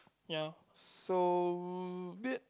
ya so a bit